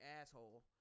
asshole